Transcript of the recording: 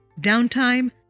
downtime